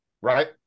right